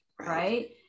Right